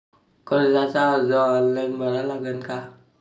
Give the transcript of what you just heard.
कर्जाचा अर्ज ऑनलाईन भरा लागन का?